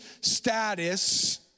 status